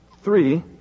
three